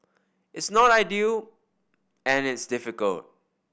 it's not ideal and it's difficult